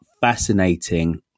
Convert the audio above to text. fascinating